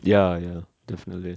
ya ya definitely